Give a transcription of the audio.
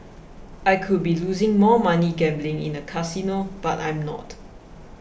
I could be losing more money gambling in a casino but I'm not